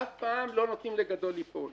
אף פעם לא נותנים לגדול ליפול.